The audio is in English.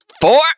Four